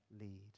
lead